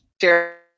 share